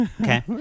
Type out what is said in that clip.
Okay